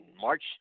March